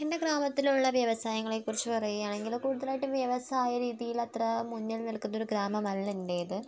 എൻ്റെ ഗ്രാമത്തിലുള്ള വ്യവസായങ്ങളെ കുറിച്ച് പറയുവാണെങ്കിൽ കൂടുതലായിട്ടും വ്യവസായരീതിയിൽ അത്ര മുന്നിൽ നിൽക്കുന്ന ഒരു ഗ്രാമം അല്ല എന്റേത്